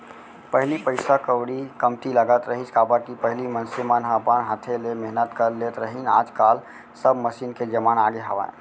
पहिली पइसा कउड़ी कमती लगत रहिस, काबर कि पहिली मनसे मन ह अपन हाथे ले मेहनत कर लेत रहिन आज काल सब मसीन के जमाना आगे हावय